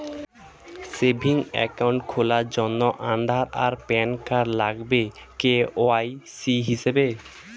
savings account খোলার জন্যে আধার আর প্যান কার্ড লাগবে কে.ওয়াই.সি হিসেবে